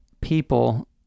people